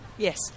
Yes